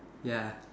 ya